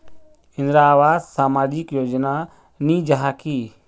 इंदरावास सामाजिक योजना नी जाहा की?